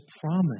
promise